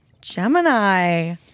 Gemini